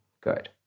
Good